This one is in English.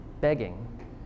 begging